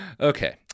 Okay